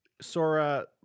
Sora